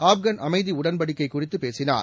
ஆப்காள் அமைதி உடன்படிக்கை குறித்து பேசினார்